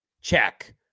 Check